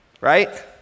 right